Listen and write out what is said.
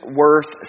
worth